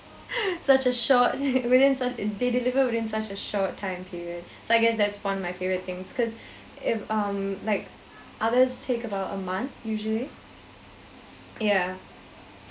such a short within such they deliver within such a short time period so I guess that's one of my favourite things cause if um like others take about a month usually ya